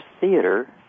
theater